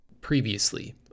Previously